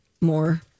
more